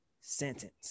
sentence